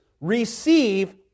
receive